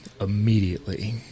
immediately